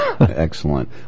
Excellent